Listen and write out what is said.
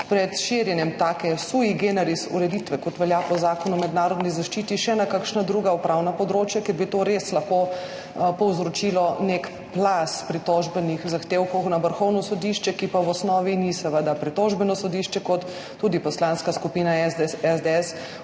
pred širjenjem take sui generis ureditve, kot velja po Zakonu o mednarodni zaščiti, še na kakšna druga upravna področja, ker bi to res lahko povzročilo nek plaz pritožbenih zahtevkov na Vrhovno sodišče, ki pa v osnovi seveda ni pritožbeno sodišče, kot tudi Poslanska skupina SDS